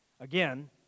Again